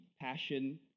passion